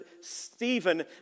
Stephen